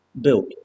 built